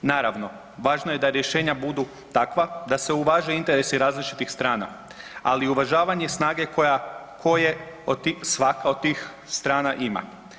Naravno, važno je da rješenja budu takva da se uvaže interesi različitih strana, ali i uvažavanje snage koja, koje svaka od tih strana ima.